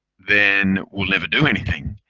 then we'll never do anything.